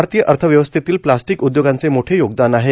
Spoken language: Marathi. भारतीय अर्थव्यवस्थेतील प्लास्टीक उद्योगाचे मोठे योगदान आहे